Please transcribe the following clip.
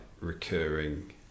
recurring